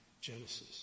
Genesis